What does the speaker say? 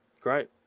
Great